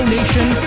Nation